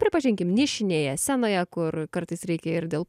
pripažinkim nišinėje scenoje kur kartais reikia ir dėl